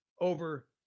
over